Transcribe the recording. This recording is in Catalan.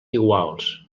iguals